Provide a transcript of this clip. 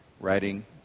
writing